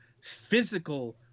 physical